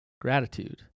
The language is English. gratitude